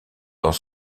dans